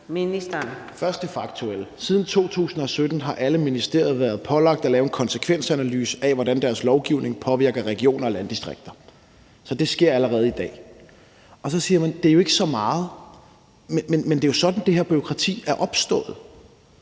nævne det faktuelle. Siden 2017 har alle ministerier været pålagt at lave en konsekvensanalyse af, hvordan deres lovgivning påvirker regioner og landdistrikter, så det sker allerede i dag. Så siger man, at det jo ikke er så meget, men det er sådan, det her bureaukrati er opstået.